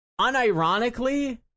unironically